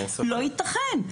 לא ייתכן.